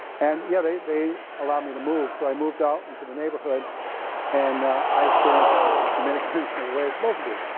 and yeah, they they allowed me to move so i moved out into the neighborhood and i experienced dominican the way it's supposed to be,